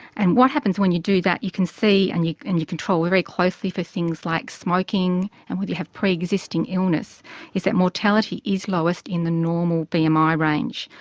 and what happens when you do that, you can see and you and you control very closely for things like smoking and whether you have pre-existing illness is that mortality is lowest in the normal bmi um ah range,